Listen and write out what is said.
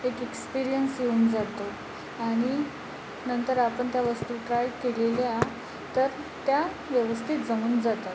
एक एक्स्पेरिअन्स येऊन जातो आणि नंतर आपण त्या वस्तू ट्राई केलेल्या तर त्या व्यवस्थित जमून जातात